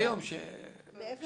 מעבר